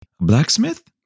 Blacksmith